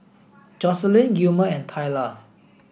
Jocelynn Gilmer and Tayla